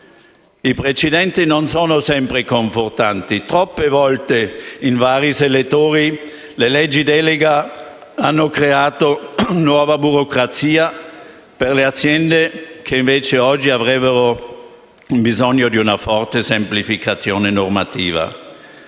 I precedenti non sono sempre confortanti. Troppe volte, in vari settori, le leggi delega hanno creato nuova burocrazia per le aziende, che invece oggi avrebbero bisogno di una forte semplificazione normativa.